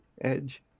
Edge